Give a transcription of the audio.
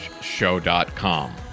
show.com